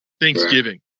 Thanksgiving